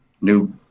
new